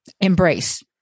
embrace